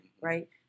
right